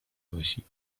باشی